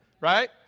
right